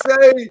say